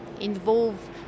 involve